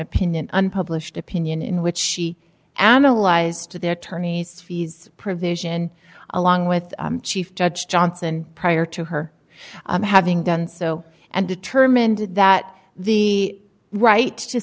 opinion unpublished opinion in which she analyzed the attorney's fees provision along with chief judge johnson prior to her having done so and determined that the right to